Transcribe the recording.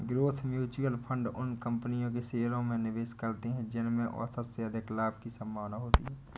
growth mutual fund उन कंपनियों के शेयरों में निवेश करते हैं जिनमें औसत से अधिक लाभ की संभावना होती है